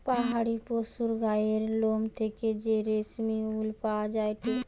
পাহাড়ি পশুর গায়ের লোম থেকে যে রেশমি উল পাওয়া যায়টে